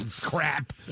crap